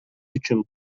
үчүн